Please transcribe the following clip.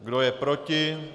Kdo je proti?